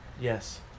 Yes